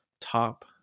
top